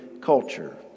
culture